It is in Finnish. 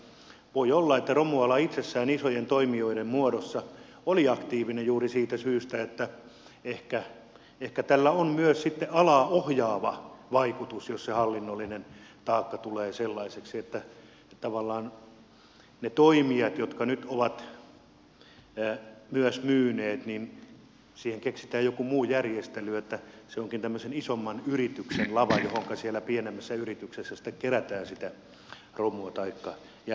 voi olla että romuala itsessään isojen toimijoiden muodossa oli aktiivinen juuri siitä syystä että ehkä tällä on myös sitten alaa ohjaava vaikutus jos se hallinnollinen taakka tulee sellaiseksi että tavallaan niiden toimijoiden suhteen jotka nyt ovat myös myyneet keksitään joku muu järjestely niin että se onkin tämmöisen isomman yrityksen lava johonka siellä pienemmässä yrityksessä sitten kerätään sitä romua taikka jätettä